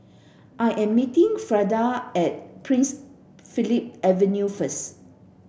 I am meeting Frida at Prince Philip Avenue first